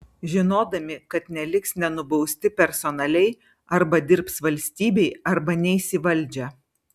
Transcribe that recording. žinodami kad neliks nenubausti personaliai arba dirbs valstybei arba neis į valdžią